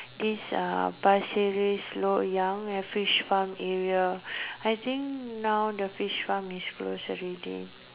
this uh Pasir-Ris Loyang the fish farm area I think now the fish farm is closed already